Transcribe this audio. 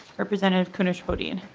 representative kunesh-podein